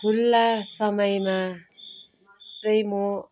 खुल्ला समयमा चाहिँ म